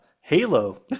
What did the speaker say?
Halo